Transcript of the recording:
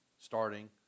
starting